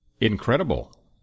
Incredible